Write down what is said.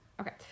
okay